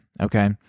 okay